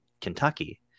Kentucky